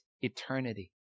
eternity